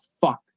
fuck